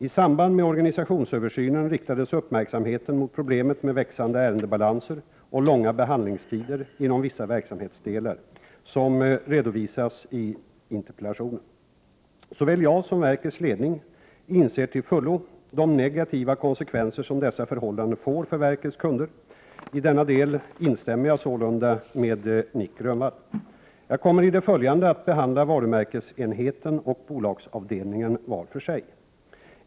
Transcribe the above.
I samband med organisationsöversynen riktades, som redovisas i interpellationen, uppmärksamheten på problemet med växande ärendebalanser och långa behandlingstider inom vissa verksamhetsdelar. Såväl jag som verkets ledning inser till fullo de negativa konsekvenser som dessa förhållanden får för verkets kunder. I denna del instämmer jag sålunda med Nic Grönvall. Jag kommer i det följande att behandla varumärkesenheten och bolagsavdelningen var för sig.